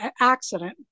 accident